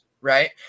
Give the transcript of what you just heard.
right